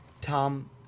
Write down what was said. Tom